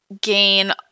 gain